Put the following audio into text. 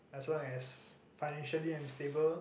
as long as financially I'm stable